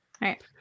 Right